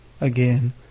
Again